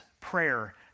prayer